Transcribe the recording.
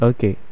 Okay